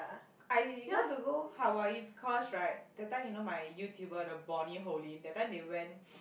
I want to go Hawaii because right the time you know my YouTuber the Bonnie Hoellein that time they went